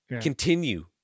Continue